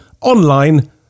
online